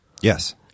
yes